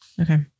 Okay